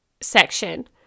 section